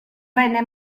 venne